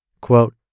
Quote